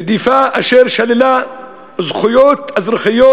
רדיפה אשר שללה זכויות אזרחיות,